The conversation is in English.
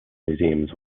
museums